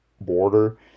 border